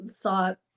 thought